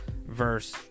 verse